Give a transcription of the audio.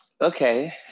Okay